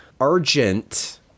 Argent